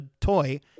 toy